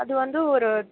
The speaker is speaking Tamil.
அது வந்து ஒரு